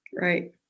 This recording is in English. Right